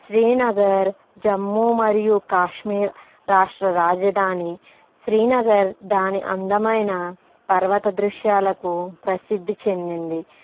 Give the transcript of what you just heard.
శ్రీనగర్ జమ్మూ మరియు కాశ్మిర్ రాష్ట్ర రాజధాని శ్రీనగర్ దాని అందమైన పర్వత దృశ్యాలకు ప్రసిద్ధి చెందింది